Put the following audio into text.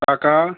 টাকা